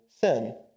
sin